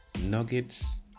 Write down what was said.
nuggets